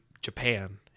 Japan